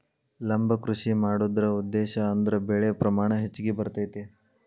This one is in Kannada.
ಲಂಬ ಕೃಷಿ ಮಾಡುದ್ರ ಉದ್ದೇಶಾ ಅಂದ್ರ ಬೆಳೆ ಪ್ರಮಾಣ ಹೆಚ್ಗಿ ಬರ್ತೈತಿ